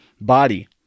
body